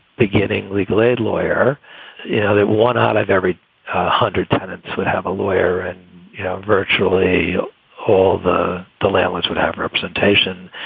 beginning legal aid lawyer yeah that one out of every hundred tenants would have a lawyer and you know virtually all of the landlords would have representation.